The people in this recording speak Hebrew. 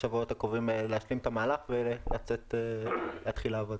בשבועות הקרובים להשלים את המהלך ולהתחיל לעבוד.